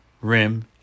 Rim